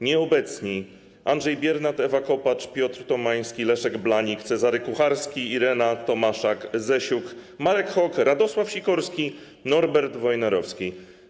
Nieobecni: Andrzej Biernat, Ewa Kopacz, Piotr Tomański, Leszek Blanik, Cezary Kucharski, Irena Tomaszak-Zesiuk, Marek Hok, Radosław Sikorski i Norbert Wojnarowski.